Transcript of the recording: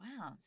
Wow